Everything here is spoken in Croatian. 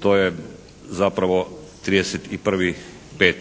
to je zapravo 31.5.